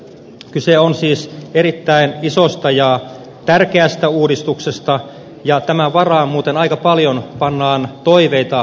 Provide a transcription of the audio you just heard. kyse on siis erittäin isosta ja tärkeästä uudistuksesta ja tämän varaan muuten aika paljon pannaan toiveita